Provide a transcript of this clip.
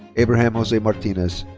abrahan jose martinez.